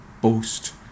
boast